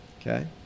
Okay